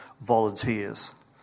volunteers